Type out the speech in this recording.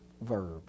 verb